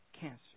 cancer